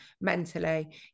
mentally